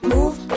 Move